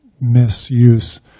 misuse